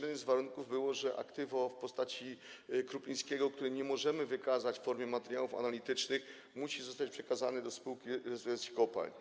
Jeden z warunków był taki, że aktywa w postaci Krupińskiego, których nie możemy wykazać w formie materiałów analitycznych, muszą zostać przekazane do Spółki Restrukturyzacji Kopalń.